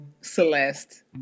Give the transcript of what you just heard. celeste